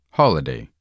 holiday